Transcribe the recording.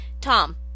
Tom